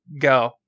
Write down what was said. go